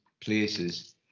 places